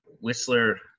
Whistler